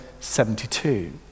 72